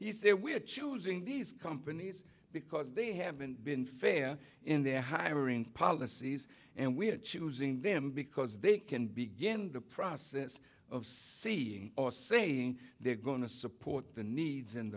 said we are choosing these companies because they haven't been fair in their hiring policies and we are choosing them because they can begin the process of seeing or saying they're going to support the needs and